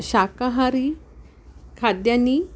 शाकाहारी खाद्यानि